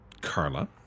Carla